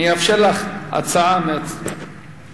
אני אאפשר לָךְ הצעה אחרת,